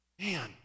Man